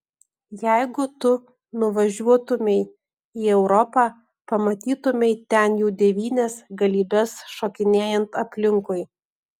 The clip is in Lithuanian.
jeigu tu nuvažiuotumei į europą pamatytumei ten jų devynias galybes šokinėjant aplinkui